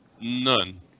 None